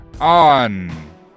on